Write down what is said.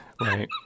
Right